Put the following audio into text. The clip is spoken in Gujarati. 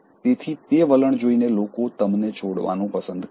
તેથી તે વલણ જોઈને લોકો તમને છોડવાનું પસંદ કરશે